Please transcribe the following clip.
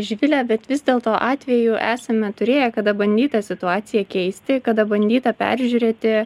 živile bet vis dėlto atvejų esame turėję kada bandyta situaciją keisti kada bandyta peržiūrėti